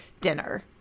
dinner